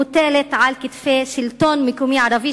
מוטלת על כתפי השלטון המקומי הערבי,